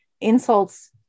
insults